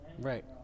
Right